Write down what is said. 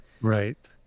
Right